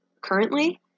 currently